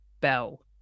bell